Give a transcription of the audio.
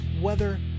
weather